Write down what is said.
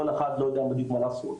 כל אחד לא יודע בדיוק מה לעשות.